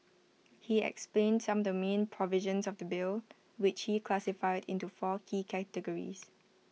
he explained some the main provisions of the bill which he classified into four key categories